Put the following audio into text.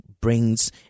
brings